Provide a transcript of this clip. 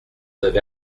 avez